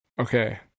Okay